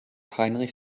heinrich